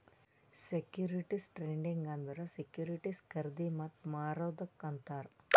securities trading ಅಂದುರ್ securities ಖರ್ದಿ ಮತ್ತ ಮಾರದುಕ್ ಅಂತಾರ್